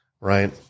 Right